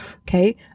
Okay